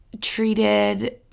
treated